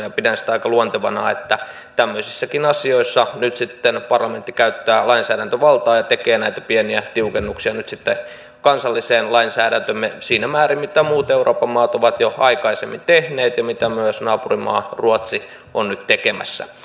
pidän sitä aika luontevana että tämmöisissäkin asioissa nyt sitten parlamentti käyttää lainsäädäntövaltaa ja tekee näitä pieniä tiukennuksia nyt kansalliseen lainsäädäntöömme siinä määrin mitä muut euroopan maat ovat jo aikaisemmin tehneet ja mitä myös naapurimaa ruotsi on nyt tekemässä